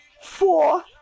Four